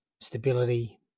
stability